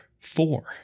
Four